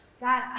God